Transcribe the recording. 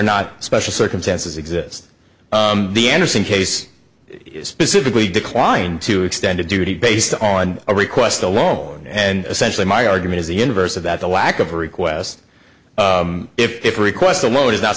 not special circumstances exist the andersen case is specifically declined to extend a duty based on a request alone and essentially my argument is the inverse of that the lack of a request if a request alone is not